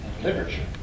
Literature